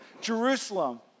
Jerusalem